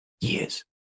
years